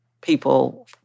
people